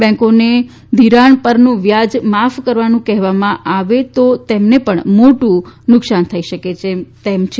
બેન્કોને નો ઘિરાણ પરનું વ્યાજ માફ કરવાનું કહેવામાં આવે તો તેમને પણ મોટું નુકસાન થઈ શકે તેમ છે